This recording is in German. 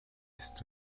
ist